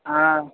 हाँ